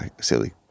silly